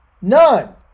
none